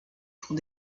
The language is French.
pour